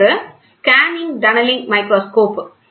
மற்றொன்று scanning tunnelling microscope